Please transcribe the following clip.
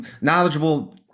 knowledgeable